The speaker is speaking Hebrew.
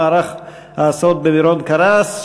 מערך ההסעות במירון קרס,